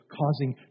causing